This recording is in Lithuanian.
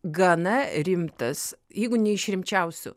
gana rimtas jeigu ne iš rimčiausių